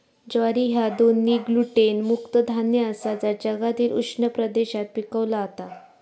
ज्वारी ह्या दोन्ही ग्लुटेन मुक्त धान्य आसा जा जगातील उष्ण प्रदेशात पिकवला जाता